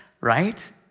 Right